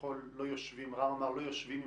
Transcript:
שכביכול לא יושבים רם אמר שלא יושבים נציגים.